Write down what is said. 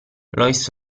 lois